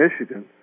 Michigan